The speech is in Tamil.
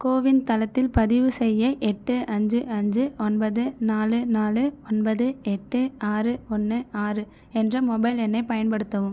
கோவின் தளத்தில் பதிவு செய்ய எட்டு அஞ்சு அஞ்சு ஒன்பது நாலு நாலு ஒன்பது எட்டு ஆறு ஒன்று ஆறு என்ற மொபைல் எண்ணைப் பயன்படுத்தவும்